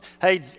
Hey